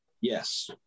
Yes